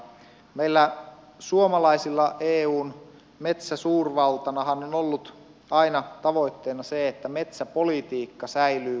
meillä suomalaisilla eun metsäsuurvaltanahan on ollut aina tavoitteena se että metsäpolitiikka säilyy kansallisissa käsissä